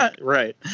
Right